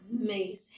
amazing